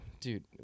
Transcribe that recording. dude